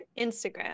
Instagram